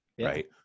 Right